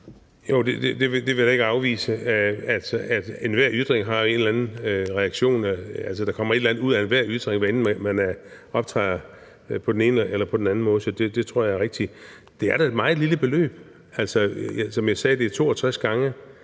jeg vil da ikke afvise, at enhver ytring har en eller anden reaktion, altså at der kommer et eller andet ud af enhver ytring, hvad enten man optræder på den ene eller den anden måde. Så det tror jeg er rigtigt, og det er da et